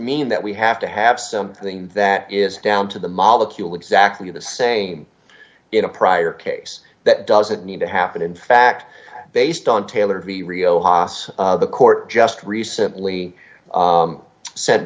mean that we have to have something that is down to the molecule exactly the same in a prior case that doesn't need to happen in fact based on taylor v rio haas the court just recently